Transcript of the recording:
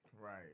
Right